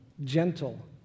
gentle